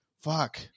fuck